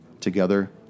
Together